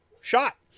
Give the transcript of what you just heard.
shot